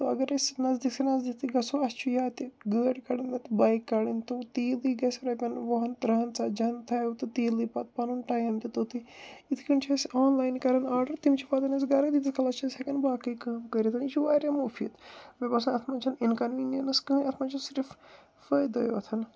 تو اگر أسۍ نزدیٖک سے نزدیٖک تہِ گژھو اَسہِ چھُ یا تہِ گٲڑۍ کَڑان نَتہٕ بایِک کَڈٕنۍ تو تیٖلٕے گَژھِ رۄپین وُہن تٕرٛہن ژتجی ہن تھایِو تہٕ تیٖلٕے پتہٕ پنُن ٹایِم تہِ توٚتٕے یِتھ کٔنۍ چھِ اَسہِ آنلایَنٕے کَران آرڈر تِم چھِ واتان اَسہِ گَرَے تیٖتِس کالس چھِ أسۍ ہٮ۪کن باقٕے کٲم کٔرِتھ یہِ چھُ وارِیاہ مُفیٖد مےٚ باسان اتھ منٛز چھَنہٕ اِنکَنویٖنینٕس کٕہۭنۍ اَتھ منٛز چھِ صِرف فٲیدَے یوت